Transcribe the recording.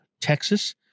Texas